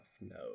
no